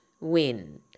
win